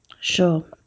Sure